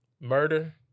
Murder